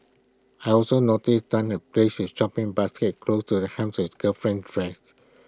her also noticed Tan had placed his shopping basket close to the hem of his girlfriend's dress